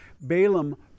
Balaam